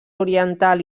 oriental